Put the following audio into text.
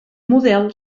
model